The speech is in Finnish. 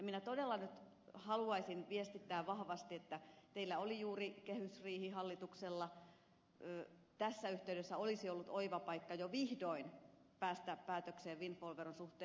minä todella nyt haluaisin viestittää tästä vahvasti että kun teillä oli juuri kehysriihi hallituksella tässä yhteydessä olisi ollut oiva paikka jo vihdoin päästä päätökseen windfall veron suhteen